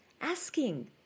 asking